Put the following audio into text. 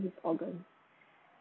his organs